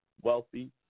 wealthy